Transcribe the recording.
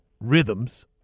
Rhythms